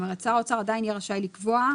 עדיין שר האוצר יהיה רשאי לקבוע.